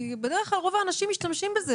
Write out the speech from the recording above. כי בדרך כלל רוב האנשים משתמשים בזה,